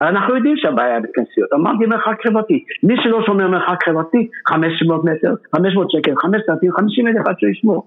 אנחנו יודעים שהבעיה היא בכנסיות, אמרתי מרחק חברתי מי שלא שומר על מרחק חברתי, חמש מאות מטר חמש מאות שקל, חמשת אלפים, חמישים אלף עד שהוא ישמור.